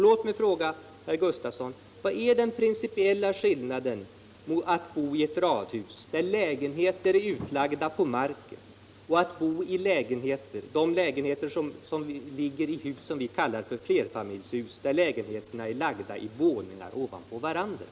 Låt mig fråga herr Gustafsson vad det är för principiell skillnad mellan att bo i ett radhus, dvs. i lägenheter som ligger på marken, och att bo i lägenheter i flerfamiljshus, där lägenheterna ligger i våningar ovanpå varandra.